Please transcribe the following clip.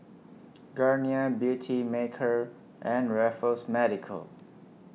Garnier Beautymaker and Raffles Medical